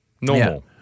Normal